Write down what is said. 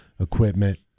equipment